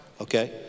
Okay